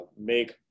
make